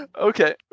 Okay